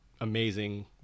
amazing